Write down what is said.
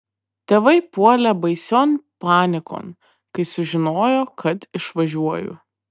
tėvai puolė baision panikon kai sužinojo kad išvažiuoju